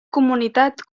comunitat